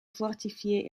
fortifié